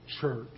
church